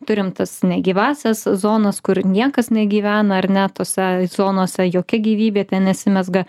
turim tas negyvąsias zonas kur niekas negyvena ar ne tose zonose jokia gyvybė ten nesimezga